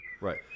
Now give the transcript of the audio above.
Right